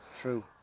True